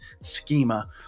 schema